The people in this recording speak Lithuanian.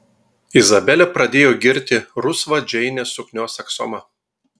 izabelė pradėjo girti rusvą džeinės suknios aksomą